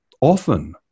often